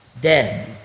dead